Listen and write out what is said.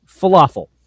falafel